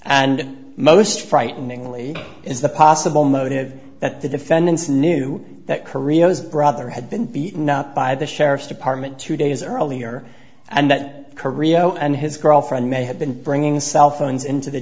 and most frighteningly is the possible motive that the defendants knew that korea was brother had been beaten up by the sheriff's department two days earlier and that korea and his girlfriend may have been bringing cell phones into the